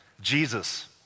Jesus